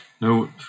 No